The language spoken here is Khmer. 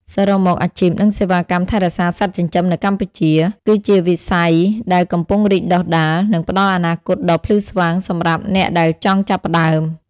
សរុបមក អាជីព និងសេវាកម្មថែរក្សាសត្វចិញ្ចឹមនៅកម្ពុជា គឺជាវិស័យដែលកំពុងរីកដុះដាល និងផ្តល់អនាគតដ៏ភ្លឺស្វាងសម្រាប់អ្នកចង់ចាប់ផ្ដើម។